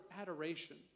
adoration